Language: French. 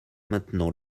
maintenant